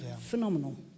Phenomenal